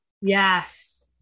Yes